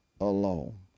alone